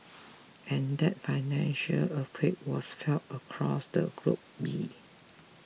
and that financial earthquake was felt across the globe